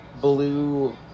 blue